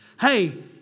Hey